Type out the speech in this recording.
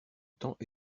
temps